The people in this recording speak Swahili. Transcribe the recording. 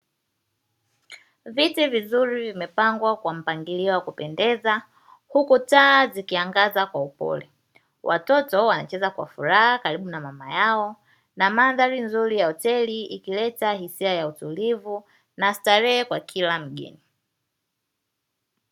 Viti vizuri vimepangwa kwa mpangilio wa kupendeza huku taa zikiangaza kwa upole. Watoto wanacheza kwa furaha karibu na mama yao na mandhari nzuri ya hoteli ikileta hisia ya utulivu na starehe kwa kila mgeni.